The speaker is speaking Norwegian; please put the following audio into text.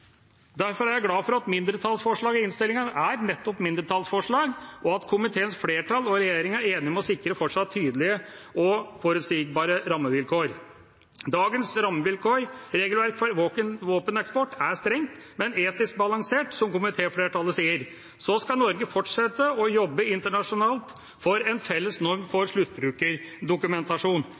Derfor er jeg glad for at mindretallsforslaget i innstillingen er nettopp mindretallsforslag, og at komiteens flertall og regjeringa er enige om å sikre fortsatt tydelige og forutsigbare rammevilkår. Dagens regelverk for våpeneksport er strengt, men «etisk balansert», som komitéflertallet sier. Så skal Norge fortsette å jobbe internasjonalt for en felles norm